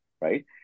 right